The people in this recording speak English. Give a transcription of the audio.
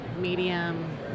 medium